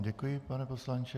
Děkuji vám, pane poslanče.